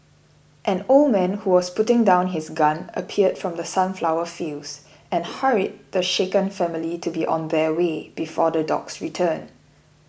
an old man who was putting down his gun appeared from the sunflower fields and hurried the shaken family to be on their way before the dogs return